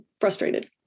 frustrated